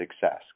success